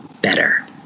better